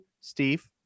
Steve